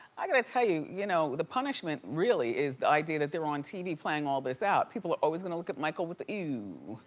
i gotta tell you, you know the punishment really is the idea that they're on tv playing all this out. people are always gonna look at michael with the ew.